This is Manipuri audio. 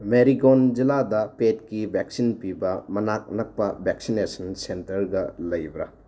ꯃꯦꯔꯤꯒꯣꯟ ꯖꯤꯜꯂꯥꯗ ꯄꯦꯗꯀꯤ ꯕꯦꯛꯁꯤꯟ ꯄꯤꯕ ꯃꯅꯥꯛ ꯅꯛꯄ ꯕꯦꯛꯁꯤꯅꯦꯁꯟ ꯁꯦꯟꯇꯔꯒ ꯂꯩꯕ꯭ꯔꯥ